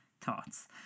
thoughts